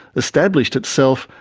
established itself,